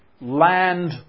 land